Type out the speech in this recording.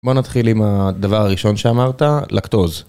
בוא נתחיל עם הדבר הראשון שאמרת, לקטוז.